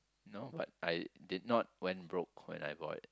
no but I did not went broke when I bought it